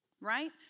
right